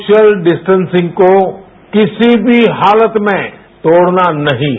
social distancing को किसी भी हालत में तोड़ना नहीं है